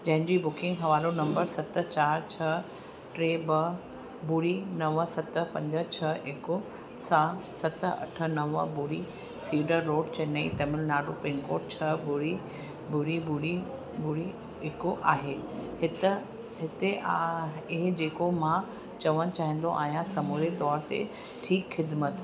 जंहिंजी बुकिंग हवालो नम्बर सत चारि छह टे ॿ बुड़ी नव सत पंज छह हिकु सां सत अठ नव ॿुड़ी cedar road Chennai Tamil Nadu pin code छह ॿुड़ी ॿुड़ी ॿुड़ी ॿुड़ी हिकु आहे हित हिते आहे जेको मां चवणु चाहींदो आहियां समूरे तौर ते ठीकु ख़िदमत